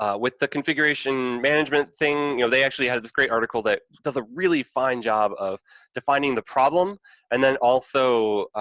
ah with the configuration management thing, you know, they actually added this great article that does a really fine job of defining the problem and then also,